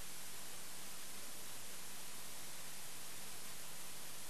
24 במאי 2011, בשעה 16:00. ישיבה ישיבה זו